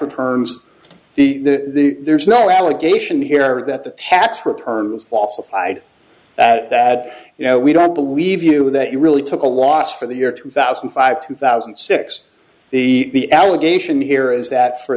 returns the there's no allegation here that the tax return was falsified that that you know we don't believe you that you really took a loss for the year two thousand and five two thousand and six the allegation here is that for